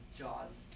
jaws